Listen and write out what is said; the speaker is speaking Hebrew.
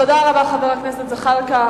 תודה רבה, חבר הכנסת זחאלקה.